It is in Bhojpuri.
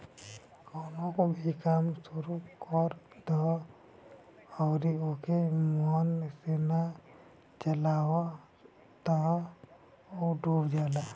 कवनो भी काम शुरू कर दअ अउरी ओके मन से ना चलावअ तअ उ डूब जाला